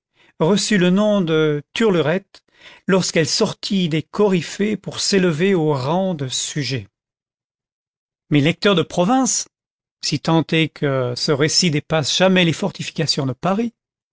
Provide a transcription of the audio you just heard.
reçut le nom de turluretu lorsqu'elle sortit des coryphées pour s'élever au rang de sujets mes lecteurs de province si tant est que ce récit dépasse jamais les fortifications de paris